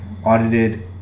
audited